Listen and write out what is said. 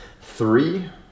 three